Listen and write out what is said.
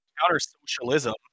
Counter-socialism